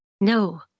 No